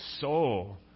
soul